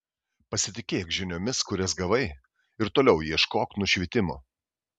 pasitikėk žiniomis kurias gavai ir toliau ieškok nušvitimo